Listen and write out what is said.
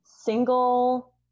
single